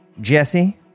Jesse